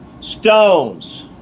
stones